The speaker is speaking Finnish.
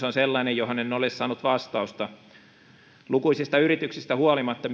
on sellainen johon en ole saanut vastausta lukuisista yrityksistä huolimatta